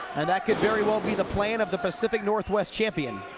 and that could very well be the plan of the pacific northwest champion